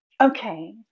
Okay